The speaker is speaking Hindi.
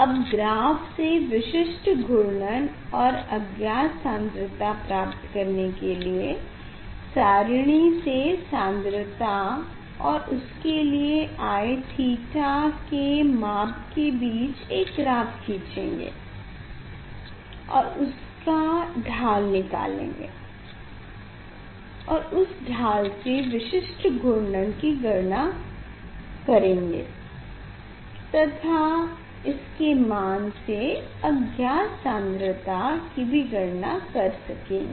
अब ग्राफ़ से विशिष्ट घूर्णन और अज्ञात सान्द्रता प्राप्त करने के लिए सारिणी से सान्द्रता और उसके लिए आए थीटा के माप के बीच एक ग्राफ़ खिचेंगे और उसका ढाल निकालेंगे और इस ढाल से विशिष्ट घूर्णन की गणना करेंगे तथा इसके मान से अज्ञात सान्द्रता की भी गणना कर सकेंगे